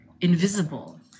invisible